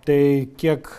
tai kiek